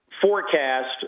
forecast